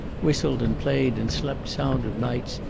whistled and played and slept sound of nights,